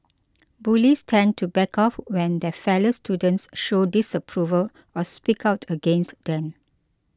bullies tend to back off when their fellow students show disapproval or speak out against them